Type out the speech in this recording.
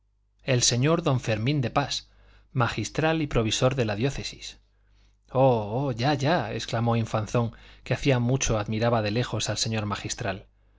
el sabio el señor don fermín de pas magistral y provisor de la diócesis oh oh ya ya exclamó infanzón que hacía mucho admiraba de lejos al señor magistral